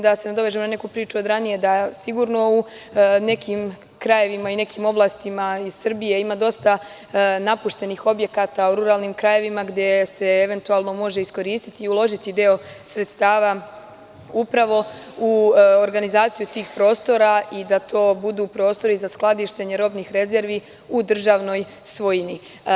Da se nadovežem na neku priču od ranije, mislim da sigurno u nekim krajevima i u nekim oblastima Srbije ima dosta napuštenih objekata u ruralnim krajevima gde se može iskoristiti i uložiti deo sredstava upravo u organizaciju tih prostora, da to budu prostori za skladištenje robnih rezervi u državnoj svojini.